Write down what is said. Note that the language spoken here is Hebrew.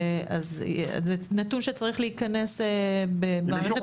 זה נתון שצריך להיכנס במערכת השיקולים.